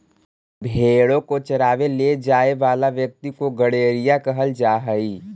भेंड़ों को चरावे ले जाए वाला व्यक्ति को गड़ेरिया कहल जा हई